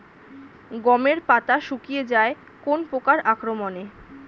গমের পাতা শুকিয়ে যায় কোন পোকার আক্রমনে?